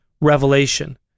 revelation